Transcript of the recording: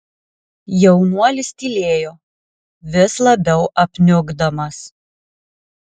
jaunuolis tylėjo vis labiau apniukdamas